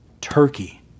Turkey